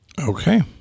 Okay